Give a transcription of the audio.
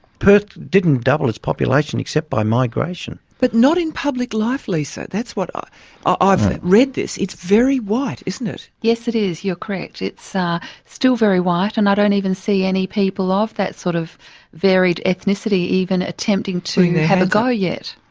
perth didn't double its population except by migration. but not in public life, lisa, that's what. ah ah i've read this. it's very white, isn't it? yes, it is. you're correct. it's ah still very white and i don't even see any people of that sort of varied ethnicity even attempting to have a go yet.